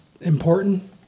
important